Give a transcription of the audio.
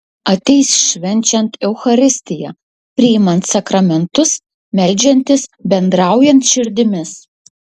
ateis švenčiant eucharistiją priimant sakramentus meldžiantis bendraujant širdimis